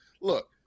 look